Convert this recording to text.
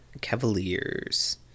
Cavaliers